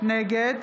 נגד